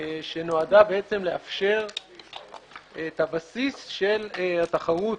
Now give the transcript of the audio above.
שנועדה לאפשר את הבסיס של התחרות